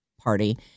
party